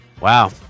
Wow